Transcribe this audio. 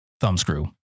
Thumbscrew